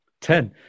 Ten